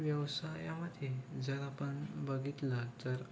व्यवसायामध्ये जर आपण बघितलं तर